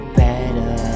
better